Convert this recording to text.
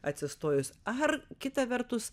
atsistojus ar kita vertus